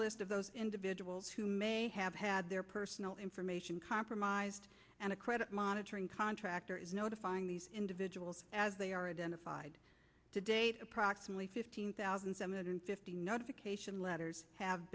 list of those individuals who may have had their personal information compromised and a credit monitoring contractor is notifying these individuals as they are identified to date approximately fifteen thousand seven hundred fifty notification letters have